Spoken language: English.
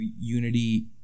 unity